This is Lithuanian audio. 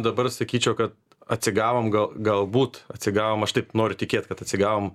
dabar sakyčiau kad atsigavom gal galbūt atsigavom aš taip noriu tikėt kad atsigavom